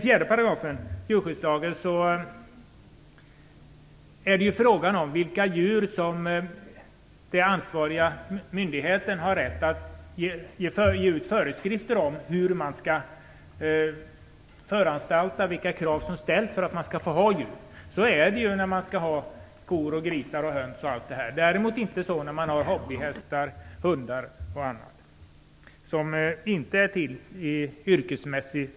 4 § djurskyddslagen gäller vilka djur den ansvariga myndigheten har rätt att utge föreskrifter om, dvs. föranstalta vilka krav som ställs för att få hålla djur. Så är det om man vill hålla sig med kor, grisar, höns osv. Däremot gäller det inte för hobbyhästar, hundar osv. som inte används yrkesmässigt.